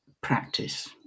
practice